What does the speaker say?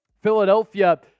Philadelphia